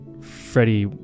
Freddie